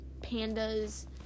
pandas